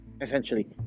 essentially